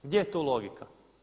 Gdje je tu logika?